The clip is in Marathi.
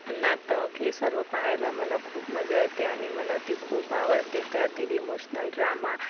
नाटक हे सर्व पाहायला मला खूप मजा येते आणि मला ते खूप आवडते त्यातील इमोशनल ड्रामा